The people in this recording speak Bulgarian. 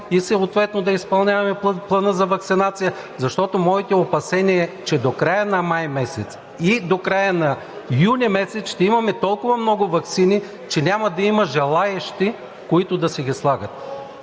и съответно да изпълняваме Плана за ваксинация? Защото моите опасения са, че до края на месец май и до края на месец юни ще имаме толкова много ваксини, че няма да има желаещи, които да си ги слагат.